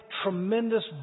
tremendous